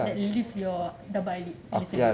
that lift your double eye lid